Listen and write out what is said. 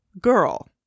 girl